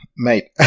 Mate